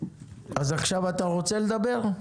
אז עכשיו אתה רוצה לדבר?